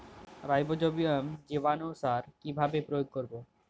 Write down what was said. Rhizobium জীবানুসার কিভাবে প্রয়োগ করব?